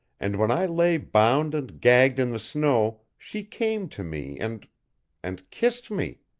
and when i lay bound and gagged in the snow she came to me and and kissed me.